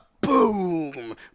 boom